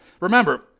Remember